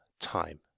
time